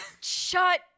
shut